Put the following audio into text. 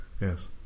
Yes